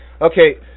Okay